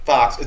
Fox